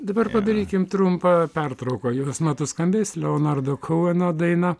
dabar padarykim trumpą pertrauką jos metu skambės leonardo koueno daina